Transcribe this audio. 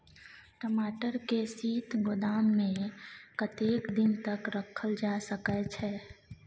टमाटर के शीत गोदाम में कतेक दिन तक रखल जा सकय छैय?